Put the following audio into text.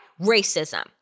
Racism